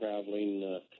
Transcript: Traveling